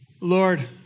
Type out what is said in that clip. Lord